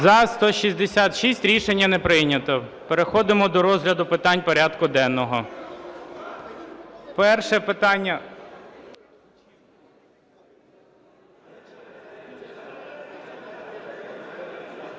За-166 Рішення не прийнято. Переходимо до розгляду питань порядку денного. Перше питання…